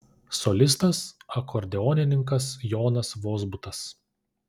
solistas akordeonininkas jonas vozbutas